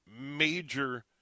major